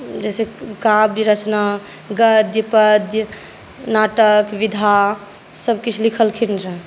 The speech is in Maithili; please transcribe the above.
जैसे काव्य रचना गद्य पद्य नाटक विधा सब किछु लिखलखिन रह